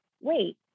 Wait